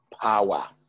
power